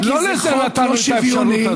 זה חוק לא שוויוני,